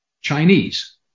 Chinese